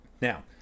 Now